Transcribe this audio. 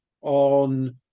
on